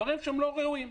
דברים לא ראויים.